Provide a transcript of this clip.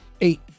eight